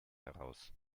heraus